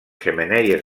xemeneies